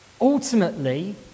Ultimately